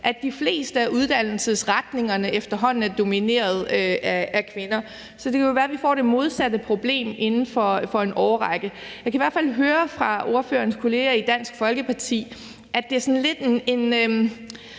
at de fleste af uddannelsesretningerne efterhånden er domineret af kvinder. Så det kan være, at vi får det modsatte problem inden for en årrække. Jeg kan hvert fald høre på ordførerens kolleger i Dansk Folkeparti, at der sådan lidt er